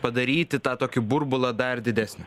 padaryti tą tokį burbulą dar didesnį